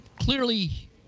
Clearly